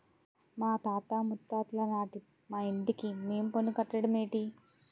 మాతాత ముత్తాతలనాటి మా ఇంటికి మేం పన్ను కట్టడ మేటి